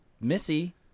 Missy